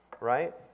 right